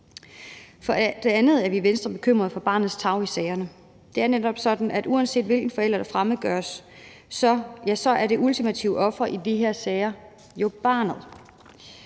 For det andet er vi i Venstre bekymrede for barnets tarv i sagerne. Det er netop sådan, at uanset hvilken forælder der fremmedgøres, er det ultimative offer i de her sager jo barnet.